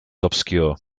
obscure